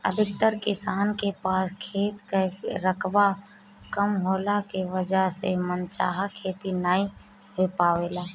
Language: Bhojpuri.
अधिकतर किसान के पास खेत कअ रकबा कम होखला के वजह से मन चाहा खेती नाइ हो पावेला